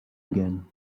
again